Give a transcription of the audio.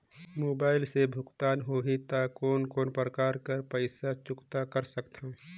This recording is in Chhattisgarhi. मोबाइल से भुगतान होहि त कोन कोन प्रकार कर पईसा चुकता कर सकथव?